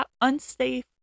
unsafe